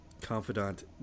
confidant